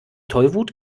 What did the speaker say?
tollwut